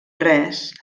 res